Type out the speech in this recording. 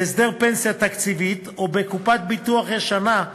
בהסדר פנסיה תקציבית או בקופת ביטוח ישנה,